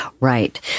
Right